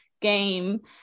game